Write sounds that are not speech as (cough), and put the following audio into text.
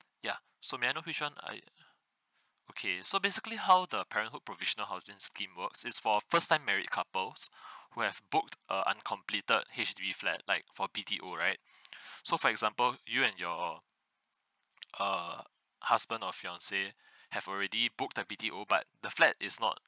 ya so may I know which one I okay so basically how the parenthood provisional housing scheme works is for a first time married couples who have booked a uncompleted H_D_B flat like for B_T_O right (breath) so for example you and your err husband or fiancé have already booked the B_T_O but the flat is not